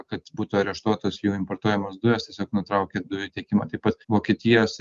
kad būtų areštuotos jų importuojamos dujos tiesiog nutraukė dujų tiekimą taip pat vokietijos